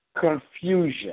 confusion